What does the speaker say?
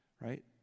right